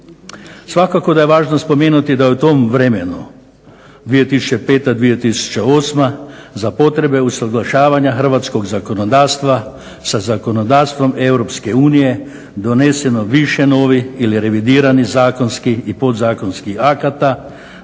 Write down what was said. Svakako da je važno spomenuti da je u tom vremenu 2005./2008. za potrebe usaglašavanja hrvatskog zakonodavstva za zakonodavstvom Europske unije doneseno više novih ili revidirani zakonski i podzakonskih akata